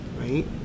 right